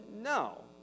No